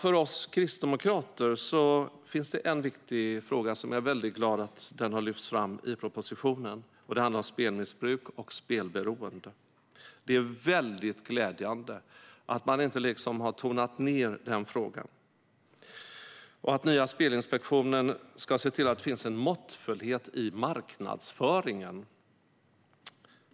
Jag är väldigt glad över att en för oss kristdemokrater viktig fråga har lyfts fram i propositionen. Den handlar om spelmissmissbruk och spelberoende. Det är väldigt glädjande att man inte har tonat ned den frågan och att den nya Spelinspektionen ska se till att det finns en måttfullhet i marknadsföringen.